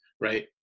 right